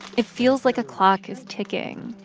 it feels like a clock is ticking.